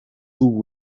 tuvo